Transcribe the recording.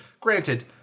granted